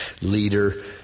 leader